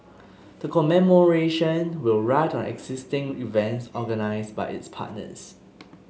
the commemoration will ride on existing events organised by its partners